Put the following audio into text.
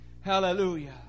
Hallelujah